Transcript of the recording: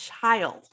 child